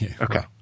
Okay